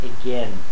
again